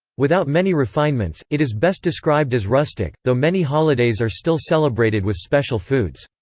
without many refinements, it is best described as rustic, though many holidays are still celebrated with special foods.